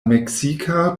meksika